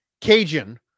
Cajun